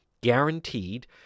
guaranteed